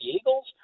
Eagles